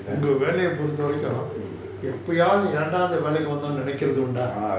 ah